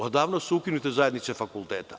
Odavno su ukinute zajednice fakulteta.